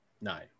Nine